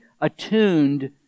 attuned